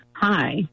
Hi